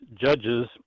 judges